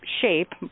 shape